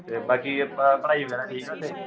ਅਤੇ ਬਾਕੀ ਆਪਣਾ ਪੜ੍ਹਾਈ ਵਗੈਰਾ ਠੀਕ ਆ ਉੱਥੇ